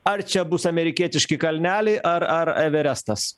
ar čia bus amerikietiški kalneliai ar ar everestas